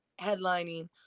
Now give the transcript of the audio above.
headlining